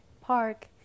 park